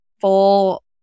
full